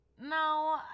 No